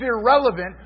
irrelevant